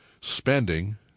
spending